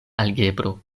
algebro